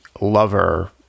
lover